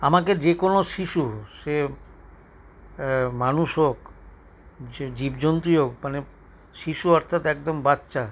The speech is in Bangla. আমাকে যে কোনো শিশুর সে মানুষ হোক জীবজন্তুই হোক মানে শিশু অর্থাৎ একদম বাচ্চা